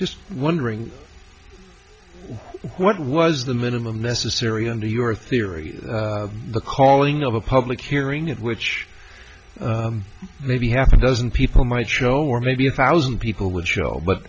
just wondering what was the minimum necessary under your theory the calling of a public hearing in which maybe half a dozen people might show or maybe a thousand people would show but